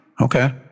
Okay